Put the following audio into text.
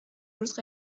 روز